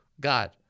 God